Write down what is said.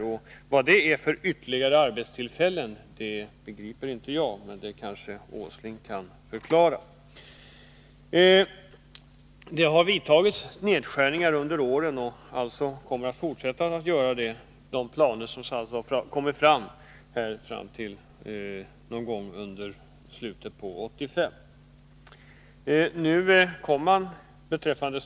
Vilka ytterligare arbetstillfällen som skall kunna skapas begriper inte jag, men det kanske Nils Åsling kan förklara. Det har alltså gjorts nedskärningar under åren, och dessa nedskärningar kommer enligt planerna att fortsätta fram till någon gång i slutet på 1985.